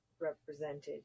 represented